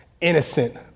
innocent